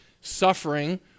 suffering